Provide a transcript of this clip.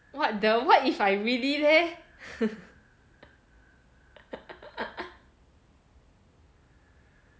what the what if I really leh